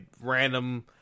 random